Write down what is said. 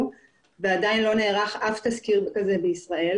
ועדיין לא נערך אף תסקיר כזה בישראל.